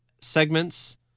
segments